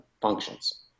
functions